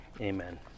amen